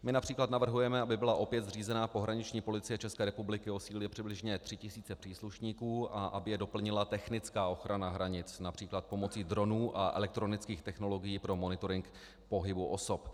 My například navrhujeme, aby byla opět zřízena pohraniční policie České republiky o síle přibližně 3000 příslušníků a aby je doplnila technická ochrana hranic například pomocí dronů a elektronických technologií pro monitoring pohybu osob.